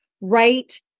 right